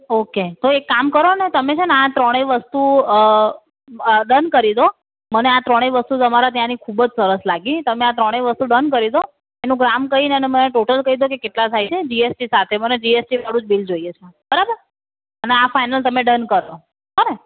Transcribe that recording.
okay તો એક કામ કરોને તમે છે ને આ ત્રણેય વસ્તુ અઅ ડન કરી દો મને આ ત્રણેય વસ્તુ તમારે ત્યાંની ખૂબ જ સરસ લાગી તમે આ ત્રણેય વસ્તુ ડન કરી દો એનું ગ્રામ કરીને મને ટોટલ કહી દો કે કેટલાં થાય છે જી એસ ટી સાથે મને જી એસ ટીવાળું જ બિલ જોઈએ છે બરાબર અને આ ફાઇનલ તમે ડન કરો હોં ને